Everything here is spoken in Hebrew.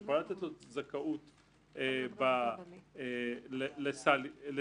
היא יכולה לתת לו את הזכאות לסל המוסדי.